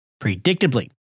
Predictably